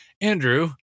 Andrew